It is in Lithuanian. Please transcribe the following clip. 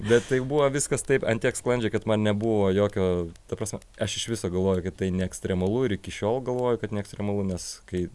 bet tai buvo viskas taip ant tiek sklandžiai kad man nebuvo jokio ta prasme aš iš viso galvoju kad tai ne ekstremalu ir iki šiol galvoju kad ne ekstremalu nes kai